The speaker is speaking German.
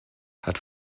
hat